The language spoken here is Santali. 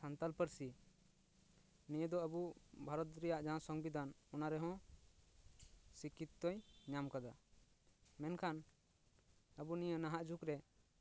ᱥᱟᱱᱛᱟᱞ ᱯᱟᱹᱨᱥᱤ ᱱᱤᱭᱟᱹ ᱫᱚ ᱟᱵᱚ ᱵᱷᱟᱨᱚᱛ ᱨᱮᱭᱟᱜ ᱡᱟᱦᱟᱸ ᱥᱚᱝᱵᱤᱫᱷᱟᱱ ᱚᱱᱟ ᱨᱮᱦᱚᱸ ᱥᱤᱠᱨᱤᱛᱤᱭ ᱧᱟᱢ ᱟᱠᱟᱫᱟ ᱢᱮᱱᱠᱷᱟᱱ ᱟᱵᱚ ᱱᱤᱭᱟᱹ ᱱᱟᱦᱟᱜ ᱡᱩᱜᱽ ᱨᱮ